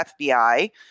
FBI